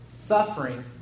Suffering